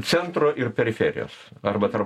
centro ir periferijos arba tarp